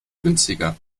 günstiger